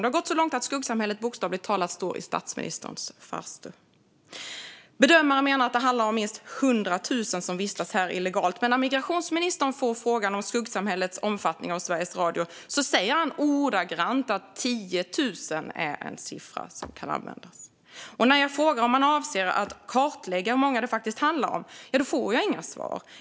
Det har gått så långt att skuggsamhället bokstavligen talat står i statsministerns farstu. Bedömare menar att det handlar om minst 100 000 som vistas här illegalt. Men när migrationsministern får frågan om skuggsamhällets omfattning av Sveriges Radio säger han ordagrant att 10 000 är en siffra som kan användas. När jag frågar om han avser att kartlägga hur många det faktiskt handlar om får jag inga svar.